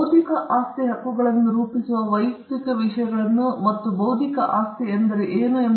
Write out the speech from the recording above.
ಬೌದ್ಧಿಕ ಆಸ್ತಿ ಹಕ್ಕುಗಳನ್ನು ರೂಪಿಸುವ ವೈಯಕ್ತಿಕ ವಿಷಯಗಳನ್ನು ಮತ್ತು ಬೌದ್ಧಿಕ ಆಸ್ತಿ ಏನು ಎಂಬುದನ್ನು ನಾವು ನೋಡುತ್ತೇವೆ